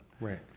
Right